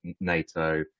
NATO